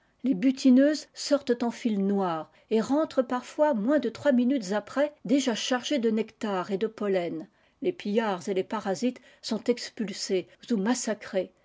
les butineuses sortent en files noires et rentrent parfois moins de trois minutes après déjà chargées de nectar et de pollen les pillards et les parasités sont expulsés ou massacrés